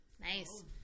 Nice